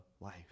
life